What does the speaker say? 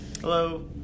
Hello